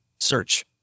Search